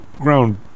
ground